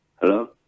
Hello